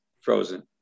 frozen